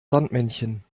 sandmännchen